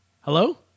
Hello